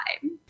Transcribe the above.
time